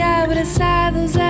abraçados